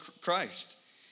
Christ